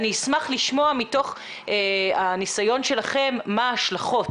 אשמח לשמוע מתוך הניסיון שלכם מה ההשלכות